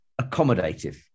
accommodative